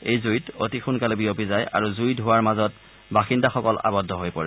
এই জুইত অতি সোনকালে বিয়পি যায় আৰু জুই খোঁৱাৰ মাজত বাসিন্দাসকল আৱদ্ধ হৈ পৰে